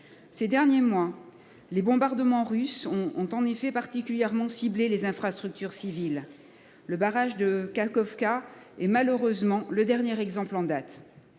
Ces derniers mois, les bombardements russes ont ont en effet particulièrement cibler les infrastructures civiles. Le barrage de Kakhovka et malheureusement le dernier exemple en date.